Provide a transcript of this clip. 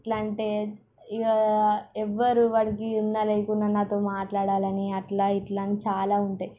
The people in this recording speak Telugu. ఎట్లా అంటే ఇక ఎవరు వాడికి ఉన్నా లేకున్నా నాతో మాట్లాడాలని అట్లా ఇట్లా అని చాలా ఉంటాయి